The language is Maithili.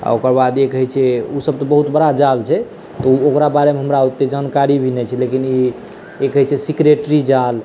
आओर ओकर बाद एक होइ छै ओसब तऽ बहुत बड़ा जाल छै तऽ ओ ओकरा बारेमे हमरा ओतेक जानकारी भी नहि छै लेकिन ई एक होइ छै सिक्रेटरी जाल